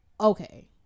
okay